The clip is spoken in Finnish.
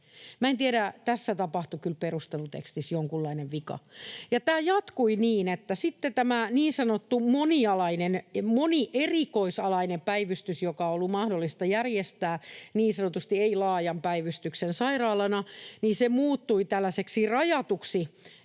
tässä kyllä tapahtui perustelutekstissä jonkunlainen vika. Tämä jatkui niin, että sitten tämä niin sanottu monialainen, monierikoisalainen, päivystys, joka on ollut mahdollista järjestää niin sanotusti ei-laajan päivystyksen sairaalana, muuttui tällaiseksi rajatuksi